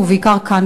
ובעיקר כאן,